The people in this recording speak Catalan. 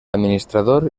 administrador